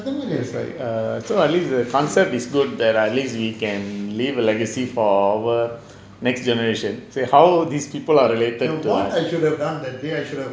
it's like err so at least the concept is good that at least we can leave a legacy for our next generation say how these people are related to us